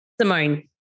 Simone